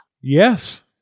Yes